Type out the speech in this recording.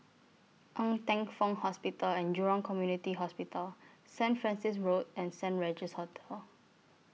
Ng Teng Fong Hospital and Jurong Community Hospital Saint Francis Road and Saint Regis Hotel